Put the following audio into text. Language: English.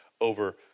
over